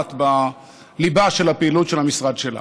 לגעת בליבה של הפעילות של המשרד שלה.